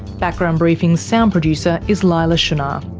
background briefing's sound producer is leila shunnar.